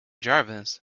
jarvis